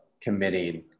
committing